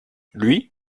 lui